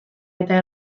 eta